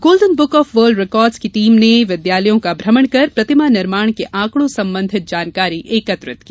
golden book of world record की team ने विद्यालयों का भ्रमण कर प्रतिमा निर्माण के आंकड़ों संबंधित जानकारी एकत्रित की